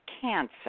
cancer